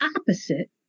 opposite